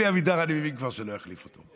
אלי אבידר, אני מבין כבר שלא יחליף אותו,